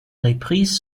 repris